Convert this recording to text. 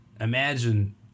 imagine